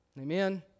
Amen